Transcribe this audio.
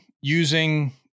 using